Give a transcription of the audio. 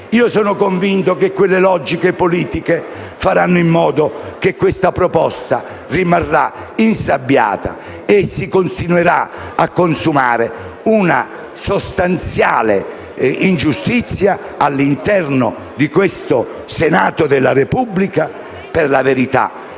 sono convinto che le logiche politiche faranno in modo che questa proposta rimanga insabbiata e si continui a consumare una sostanziale ingiustizia all'interno di questo Senato della Repubblica.